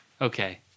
Okay